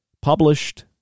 Published